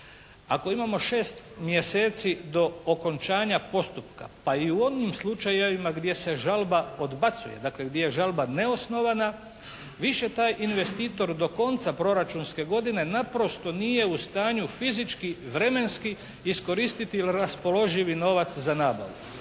Ako imamo 6 mjeseci do okončanja postupka pa i u onim slučajevima gdje se žalba odbacuje, dakle gdje je žalba neosnovana više taj investitor do konca proračunske godine naprosto nije u stanju fizički, vremenski iskoristiti raspoloživi novac za nabavu.